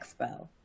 Expo